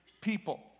people